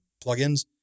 plugins